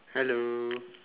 hello